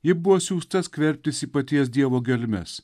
ji buvo siųsta skverbtis į paties dievo gelmes